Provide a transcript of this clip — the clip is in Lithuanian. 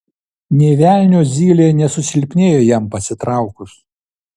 nė velnio zylė nesusilpnėjo jam pasitraukus